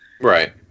Right